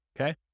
okay